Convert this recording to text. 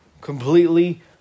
Completely